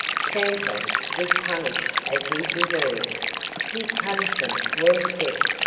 santos was punished as he deserved his punishment was death,